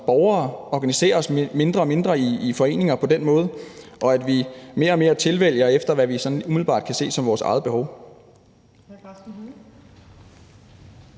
borgere organiserer os mindre og mindre i foreninger på den måde, og at vi mere og mere tilvælger det efter, hvad vi sådan umiddelbart kan se som vores eget behov.